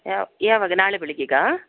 ಯಾವ ಯಾವಾಗ ನಾಳೆ ಬೆಳಿಗ್ಗೆಗಾ